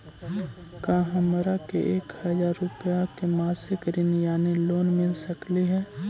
का हमरा के एक हजार रुपया के मासिक ऋण यानी लोन मिल सकली हे?